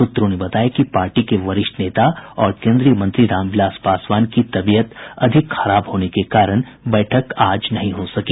सूत्रों ने बताया कि पार्टी के वरिष्ठ नेता और केन्द्रीय मंत्री रामविलास पासवान की तबीयत अधिक खराब होने के कारण बैठक आज नहीं हो सकी